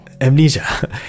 amnesia